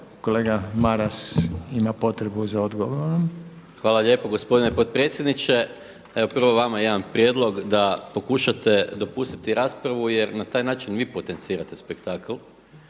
kolega Maras ima potrebu za odgovorom. **Maras, Gordan (SDP)** Hvala lijepo gospodine potpredsjedniče. Evo prvo vama jedan prijedlog da pokušate dopustiti raspravu jer na taj način vi potencirate spektakl